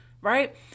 right